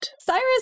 Cyrus